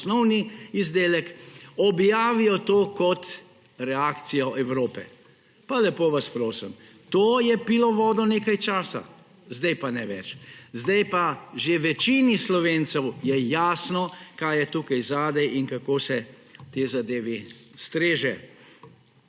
osnovni izdelek, objavijo to kot reakcijo Evrope. Pa lepo vas prosim! To je pilo vodo nekaj časa, zdaj pa ne več. Zdaj pa je že večini Slovencev jasno, kaj je tukaj zadaj in kako se tej zadevi streže.